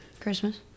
Christmas